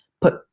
put